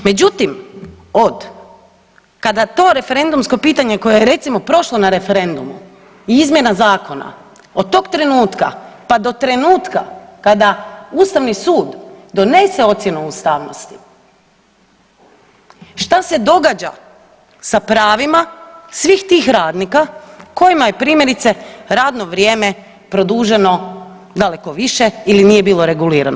Međutim, kada to referendumsko pitanje koje je recimo prošlo na referendumu i izmjena zakona od trenutka pa do trenutka kada Ustavni sud donese ocjenu ustavnosti šta se događa sa pravima svih tih radnika kojima je primjerice radno vrijeme produženo daleko više ili nije bilo regulirano?